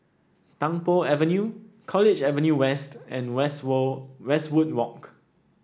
Tung Po Avenue College Avenue West and West Wall Westwood Walk